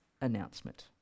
announcement